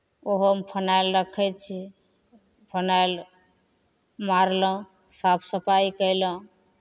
ओहोमे फिनाइल रखै छियै फिनाइल मारलहुँ साफ सफाइ कयलहुँ